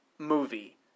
movie